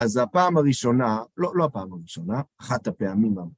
אז הפעם הראשונה... לא, לא הפעם הראשונה, אחת הפעמים